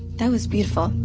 that was beautiful.